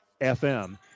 FM